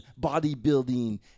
bodybuilding